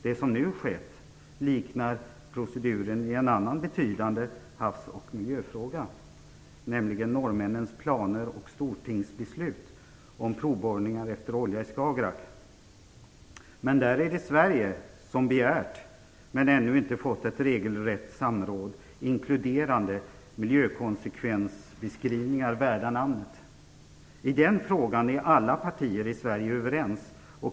Det som nu skett liknar proceduren i en annan betydande havs och miljöfråga, nämligen norrmännens planer och beslut i Men där är det Sverige som begärt, men ännu inte fått, ett regelrätt samråd, inkluderande miljökonsekvensbeskrivningar värda namnet. I den frågan är alla partier i Sverige överens.